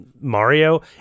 Mario